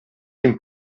dem